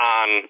on